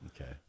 Okay